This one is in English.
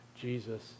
Jesus